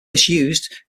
misused